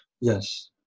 Yes